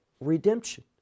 redemption